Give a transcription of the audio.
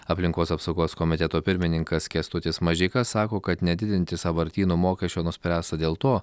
aplinkos apsaugos komiteto pirmininkas kęstutis mažeika sako kad nedidinti sąvartynų mokesčio nuspręsta dėl to